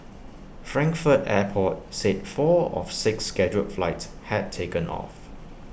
Frankfurt airport said four of six scheduled flights had taken off